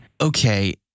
okay